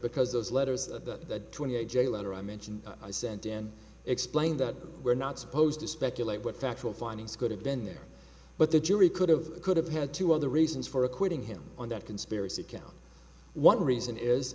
because those letters that twenty a j letter i mentioned i sent and explained that we're not supposed to speculate what factual findings could have been there but the jury could have could have had two other reasons for acquitting him on that conspiracy count one reason is